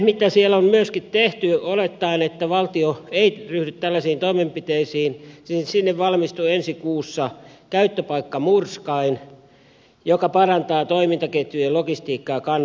mitä siellä on myöskin tehty olettaen että valtio ei ryhdy tällaisiin toimenpiteisiin on että sinne valmistuu ensi kuussa käyttöpaikkamurskain joka parantaa toimintaketjujen logistiikkaa ja kannattavuutta